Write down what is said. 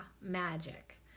magic